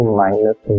minus